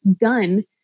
done